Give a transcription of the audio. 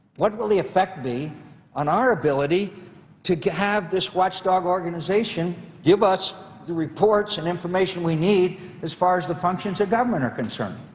what will the effect be our ability to have this watchdog organization give us the reports and information we need as far as the functions of government are concerned?